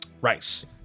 Rice